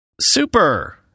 super